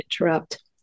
interrupt